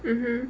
mmhmm